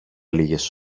λίγες